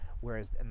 whereas